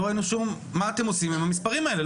לא ראינו מה אתם עושים עם המספרים האלה.